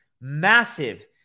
massive